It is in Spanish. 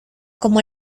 como